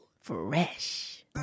Fresh